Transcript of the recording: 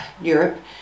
Europe